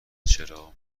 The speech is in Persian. چرا